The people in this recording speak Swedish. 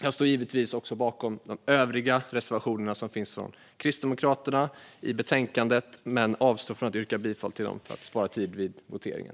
Jag står givetvis bakom våra övriga reservationer men avstår från att yrka bifall till dem för att spara tid vid voteringen.